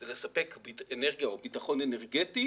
זה לספק אנרגיה או ביטחון אנרגטי